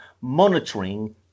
monitoring